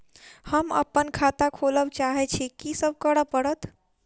हम अप्पन खाता खोलब चाहै छी की सब करऽ पड़त?